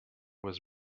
was